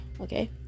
Okay